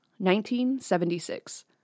1976